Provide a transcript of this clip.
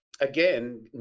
Again